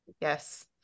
Yes